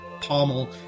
pommel